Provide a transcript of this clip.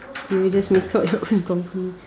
you will just make up your own company